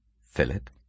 Philip